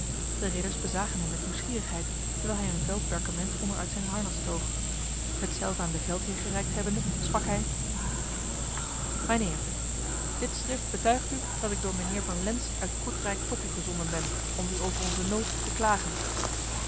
de ridders bezagen hem met nieuwsgierigheid terwijl hij een vel perkament onder uit zijn harnas toog hetzelve aan de veldheer gereikt hebbende sprak hij mijnheer dit schrift betuigt u dat ik door mijnheer van lens uit kortrijk tot u gezonden ben om u over onze nood te klagen